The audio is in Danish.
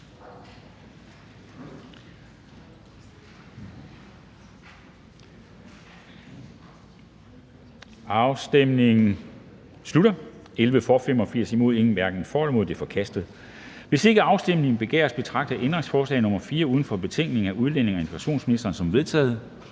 hverken for eller imod stemte 0. Ændringsforslaget er forkastet. Hvis ikke afstemning begæres, betragter jeg ændringsforslag nr. 4 uden for betænkningen af udlændinge- og integrationsministeren som vedtaget.